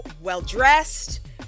well-dressed